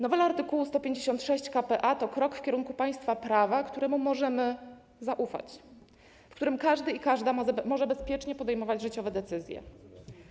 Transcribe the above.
Nowela art. 156 k.p.a. to krok w kierunku państwa prawa, któremu możemy zaufać, w którym każdy i każda może bezpiecznie podejmować życiowe decyzje.